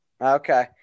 Okay